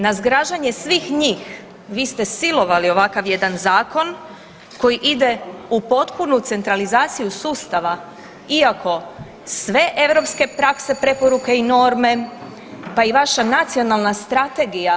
Na zgražanje svih njih vi ste silovali ovakav jedan zakon koji ide u potpunu centralizaciju sustava iako sve europske prakse, preporuke i norme, pa i vaša nacionalna strategija…